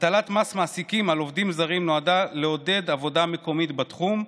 הטלת מס מעסיקים על עובדים זרים נועדה לעודד עבודה מקומית בתחום,